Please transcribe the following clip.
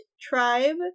tribe